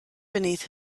beneath